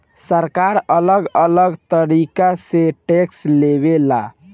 सरकार अलग अलग तरीका से टैक्स लेवे ला